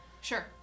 Sure